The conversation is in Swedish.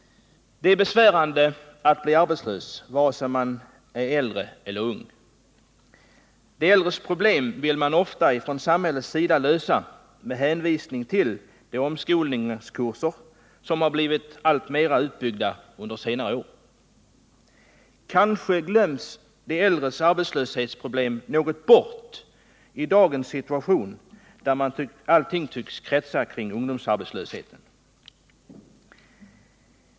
Det är besvärande att bli arbetslös vare sig man är äldre eller ung. De äldres problem vill man från samhällets sida ofta lösa med hänvisning till de omskolningskurser som blivit alltmer utbyggda under senare år. Kanske glöms de äldres arbetslöshetsproblem något bort i dagens situation, där allting tycks kretsa kring ungdomsarbetslösheten.